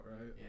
right